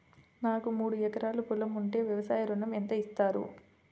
నాకు మూడు ఎకరాలు పొలం ఉంటే వ్యవసాయ ఋణం ఎంత ఇస్తారు?